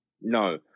No